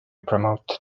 promote